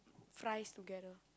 fries together